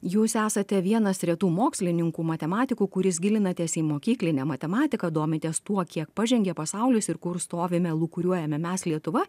jūs esate vienas retų mokslininkų matematikų kuris gilinatės į mokyklinę matematiką domitės tuo kiek pažengia pasaulis ir kur stovime lūkuriuojame mes lietuva